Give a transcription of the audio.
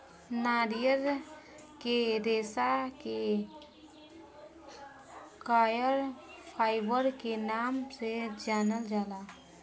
नारियल के रेशा के कॉयर फाइबर के नाम से जानल जाला